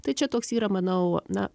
tai čia toks yra manau na